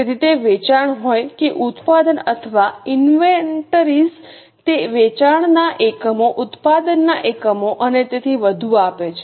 તેથી તે વેચાણ હોય કે ઉત્પાદન અથવા ઇન્વેન્ટરીઝ તે વેચાણના એકમો ઉત્પાદનના એકમો અને તેથી વધુ આપે છે